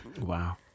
Wow